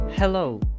Hello